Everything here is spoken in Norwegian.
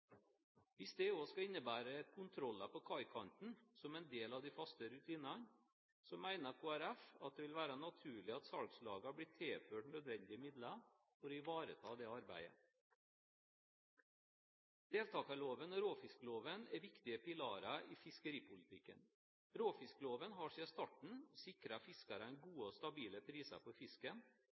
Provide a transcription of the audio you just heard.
Hvis det også skal innebære kontroller på kaikanten som en del av de faste rutinene, mener Kristelig Folkeparti at det vil være naturlig at salgslagene blir tilført nødvendige midler for å ivareta dette arbeidet. Deltakerloven og råfiskloven er viktige pilarer i fiskeripolitikken. Råfiskloven har siden starten sikret fiskerne gode og stabile priser for fisken,